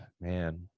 Man